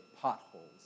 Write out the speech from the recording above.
potholes